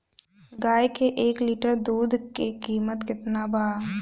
गाय के एक लीटर दुध के कीमत केतना बा?